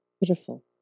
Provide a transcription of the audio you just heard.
Beautiful